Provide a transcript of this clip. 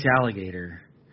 Alligator